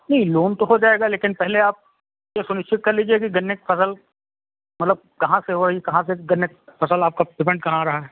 जी loan तो हो जाएगा लेकिन पहले आप ये सुनिश्चित कर लीजिए कि गन्ने कि फसल मतलब कहाँ से हो ई कहाँ से गन्ने की फसल आपका पेमेंट कहाँ आ रहा है